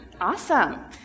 awesome